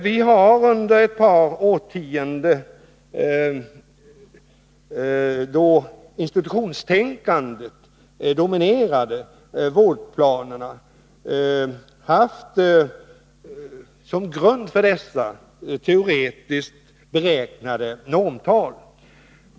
Vi har under ett par årtionden, då institutionstänkandet dominerade vårdplanerna, som grund för dessa haft teoretiskt beräknade normtal.